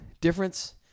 difference